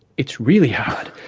it's really hard,